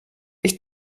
ich